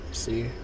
See